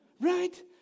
Right